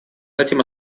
хотим